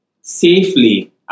safely